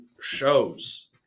shows